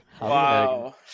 Wow